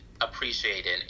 appreciated